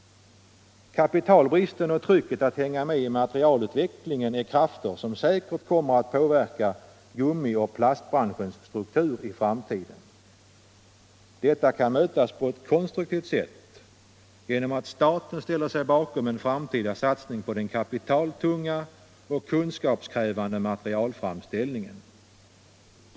Kapitalbristen och trycket att hänga med i materialutvecklingen är krafter som säkert kommer att påverka gummioch plastbranschens struktur i framtiden. Detta kan mötas på ett konstruktivt sätt genom att staten ställer sig bakom en framtida satsning på den kapitaltunga och kunskapskrävande materialframställningen.